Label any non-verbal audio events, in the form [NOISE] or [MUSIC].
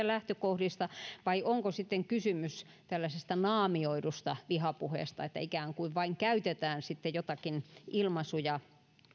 [UNINTELLIGIBLE] lähtökohdista vai onko sitten kysymys tällaisesta naamioidusta vihapuheesta että ikään kuin vain käytetään joitakin ilmaisuja